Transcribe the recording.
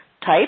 type